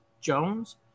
Jones